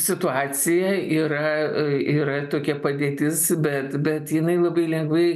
situacija yra yra tokia padėtis bet bet jinai labai lengvai